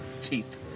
teeth